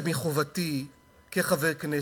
אני רואה את זה מחובתי כחבר הכנסת,